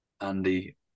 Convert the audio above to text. Andy